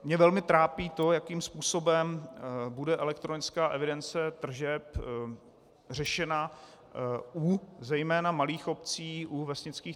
Mě velmi trápí to, jakým způsobem bude elektronická evidence tržeb řešena u zejména malých obcí, u vesnických tancovaček.